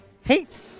Hate